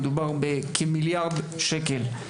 מדובר בכמיליארד שקל.